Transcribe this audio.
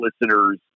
listeners